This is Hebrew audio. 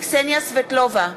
קסניה סבטלובה,